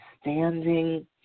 standing